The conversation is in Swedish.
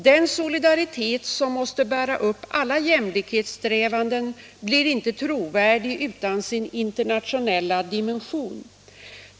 Den solidaritet som måste bära upp alla jämlikhetssträvanden blir inte trovärdig utan sin internationella dimension.